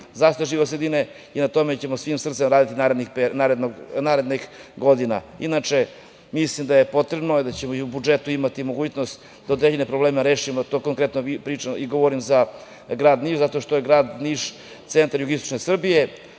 zaštita životne sredine i na tome ćemo svim srcem raditi narednih godina. Inače, mislim da je potrebno i da ćemo i u budžetu imati mogućnost da određene probleme rešimo, to konkretno govorim za grad Niš, zato što je grad Niš centar jugoistočne Srbije,